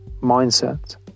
mindset